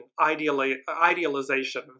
idealization